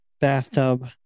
bathtub